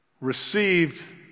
received